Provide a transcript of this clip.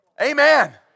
amen